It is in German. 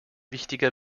wichtiger